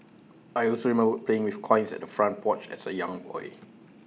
I also playing with coins at the front porch as A young boy